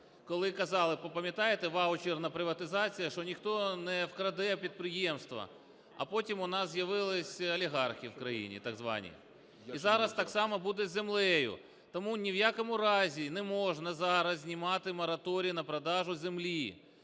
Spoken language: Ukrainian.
коли казали, пам'ятаєте, ваучер на приватизацію, що ніхто не вкраде підприємства, а потім у нас з'явились олігархи в країні так звані. І зараз так само буде з землею. Тому ні в якому разі не можна зараз знімати мораторій на продаж землі.